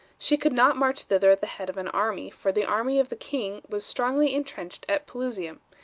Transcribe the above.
she could not march thither at the head of an army, for the army of the king was strongly intrenched at pelusium,